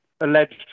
alleged